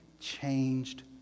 changed